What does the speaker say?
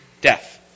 Death